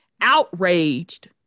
outraged